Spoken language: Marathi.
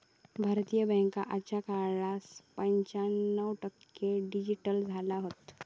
भारतीय बॅन्का आजच्या काळात पंच्याण्णव टक्के डिजिटल झाले हत